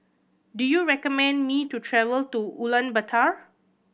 do you recommend me to travel to Ulaanbaatar